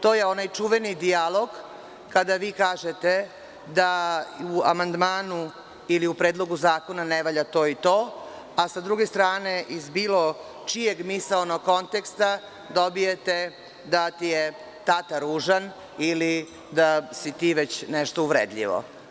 To je onaj čuveni dijalog kada vi kažete da u amandmanu ili u predlogu zakona ne valja to i to, a sa druge strane iz bilo čijeg misaonog konteksta dobijete da ti je tata ružan ili da si ti već nešto uvredljivo.